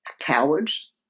cowards